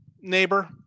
neighbor